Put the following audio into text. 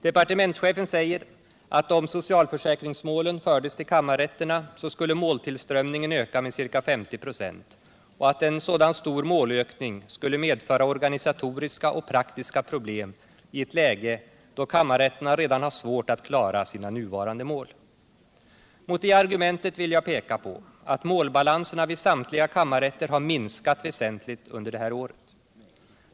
Departementschefen säger att om socialförsäkringsmålen fördes till kammarrätterna, skulle måltillströmningen öka med ca 50 96 och att en sådan stor målökning skulle medföra organisatoriska och praktiska problem i ett läge, då kammarrätterna redan har svårt att klara sina nuvarande mål. Mot det argumentet vill jag peka på att målbalanserna vid samtliga kammarrätter har minskat väsentligt under detta år.